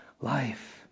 life